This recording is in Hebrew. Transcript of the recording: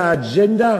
והאג'נדה,